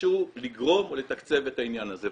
איכשהו לגרום או לתקצב את העניין הזה.